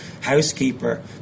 housekeeper